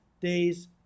day's